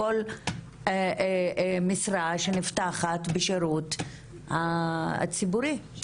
לכל משרה שנפתחת בשירות הציבורי.